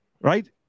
right